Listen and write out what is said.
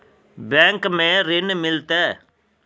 Bank में ऋण मिलते?